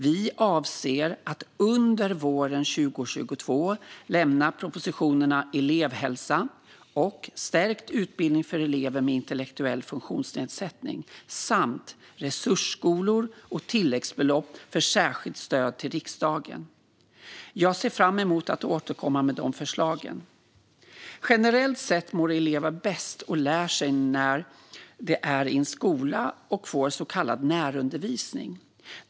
Vi avser att under våren 2022 lämna propositionerna om elevhälsa och stärkt utbildning för elever med intellektuell funktionsnedsättning samt om resursskolor och tilläggsbelopp för särskilt stöd till riksdagen. Jag ser fram emot att återkomma med de förslagen. Generellt sett mår elever bäst och lär sig bäst när de är i en skola och får så kallad närundervisning.